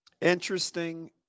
interesting